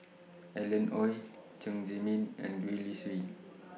Alan Oei Chen Zhiming and Gwee Li Sui